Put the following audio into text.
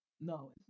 No